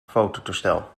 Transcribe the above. fototoestel